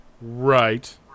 Right